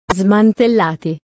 smantellati